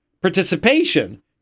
participation